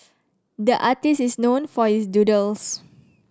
the artist is known for his doodles